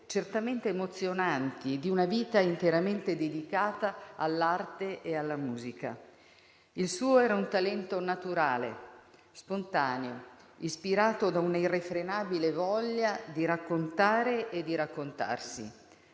certamente emozionanti, di una vita interamente dedicata all'arte e alla musica. Il suo era un talento naturale, spontaneo, ispirato da una irrefrenabile voglia di raccontare e di raccontarsi,